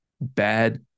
bad